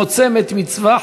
מוצא מת מצווה,